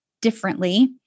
differently